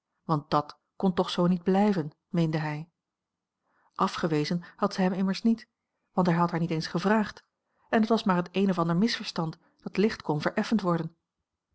want dàt kon toch zoo niet blijven meende hij afgewezen had zij hem immers niet want hij had haar niet eens gevraagd en t was maar het een of ander misverstand dat licht kon vereffend worden